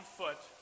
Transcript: foot